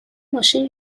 ماشین